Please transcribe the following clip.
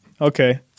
Okay